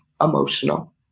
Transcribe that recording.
emotional